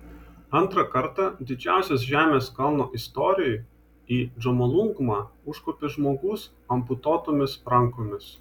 antrą kartą didžiausios žemės kalno istorijoje į džomolungmą užkopė žmogus amputuotomis rankomis